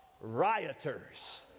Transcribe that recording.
rioters